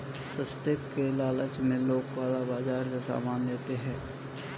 सस्ते के लालच में लोग काला बाजार से सामान ले लेते हैं